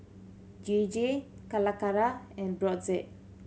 J J Calacara and Brotzeit